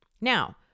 Now